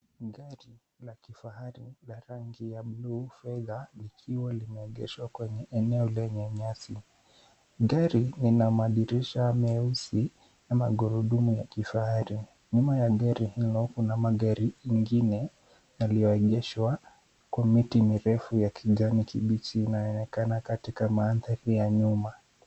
Gari la kifahari la rangi ya buluu fedha likiwa limeegeshwa kwenye eneo lenye nyasi. Gari lina madirisha meusi na magurudumu ya kifahari. Nyuma ya gari hilo kuna magari ingine yaliyoegeshwa kwa miti mirefu ya kijani kibichi inayoonekana kwenye mandhari ya nyuma.